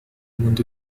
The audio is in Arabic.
منذ